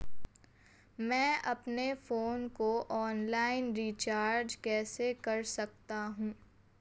मैं अपने फोन को ऑनलाइन रीचार्ज कैसे कर सकता हूं?